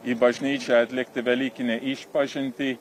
į bažnyčią atlikti velykinę išpažintį